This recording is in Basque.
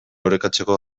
orekatzeko